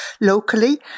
locally